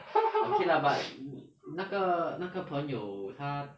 okay lah but 那个那个朋友他